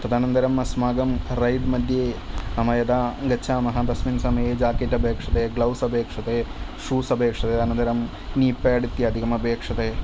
तदनन्तरम् अस्माकं राैड् मध्ये यदा गच्छामः तस्मिन् समये जाकेट् अपेक्षते ग्लौस् अपेक्षते शूस् अपेक्षते अनन्तरं नी पेड् इत्याधिकम् अपेक्षते